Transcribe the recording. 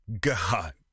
god